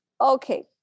Okay